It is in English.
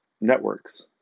networks